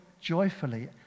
joyfully